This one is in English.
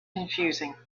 confusing